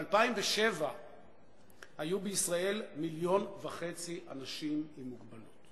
ב-2007 היו בישראל מיליון וחצי אנשים עם מוגבלויות.